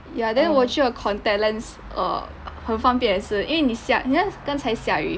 ya then 我觉得 contact lens err 很方便也是因为你下你看刚才下雨